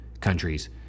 countries